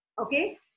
Okay